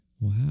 Wow